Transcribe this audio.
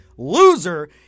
loser